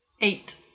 Eight